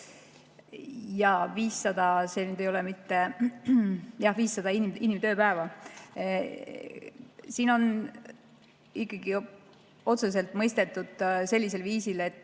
Jaa, 500, see nüüd ei ole mitte ... Jah, 500 inimtööpäeva. Siin on ikkagi otseselt mõistetud sellisel viisil, et